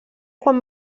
quan